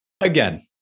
Again